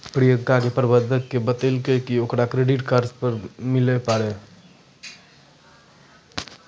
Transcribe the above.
प्रियंका के प्रबंधक ने बतैलकै कि ओकरा क्रेडिट कार्ड नै मिलै पारै